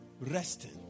resting